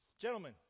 Gentlemen